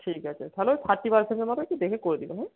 ঠিক আছে থালে ওই থাট্টি পার্সেন্টের মতই একটু দেখে করে দেবেন হ্যাঁ